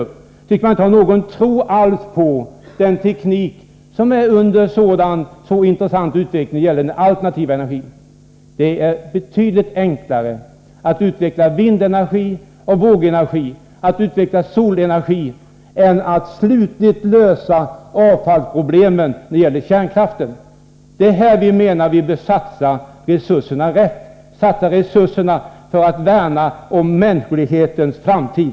Men de tycks samtidigt inte ha någon tro alls på den intressanta teknik angående alternativ energi som är under utveckling. Det är betydligt enklare att utveckla vind-, vågoch solenergi än att slutligt lösa avfallsproblemen för kärnkraften. Vi menar att man bör satsa resurserna på rätt sätt. Man skall satsa dem för att värna om mänsklighetens framtid.